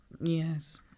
yes